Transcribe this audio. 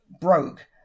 broke